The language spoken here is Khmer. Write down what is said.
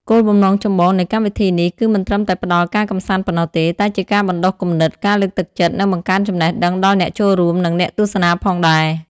គោលបំណងចម្បងនៃកម្មវិធីនេះ គឺមិនត្រឹមតែផ្ដល់ការកម្សាន្តប៉ុណ្ណោះទេ តែជាការបណ្ដុះគំនិត ការលើកទឹកចិត្ត និងបង្កើនចំណេះដឹងដល់អ្នកចូលរួម និងអ្នកទស្សនាផងដែរ។